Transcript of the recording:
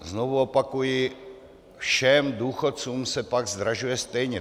Znovu opakuji, všem důchodcům se pak zdražuje stejně.